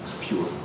pure